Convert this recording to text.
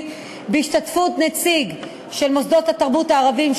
בהשתתפות נציג של מוסדות התרבות הערביים,